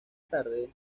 tarde